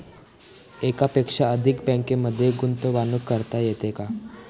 एकापेक्षा अधिक बँकांमध्ये गुंतवणूक करता येते का?